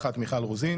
סיעת כחול לבן